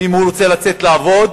ואם הוא רוצה לצאת לעבוד,